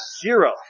Zero